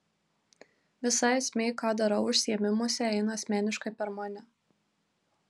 visa esmė ką darau užsiėmimuose eina asmeniškai per mane